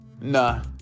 nah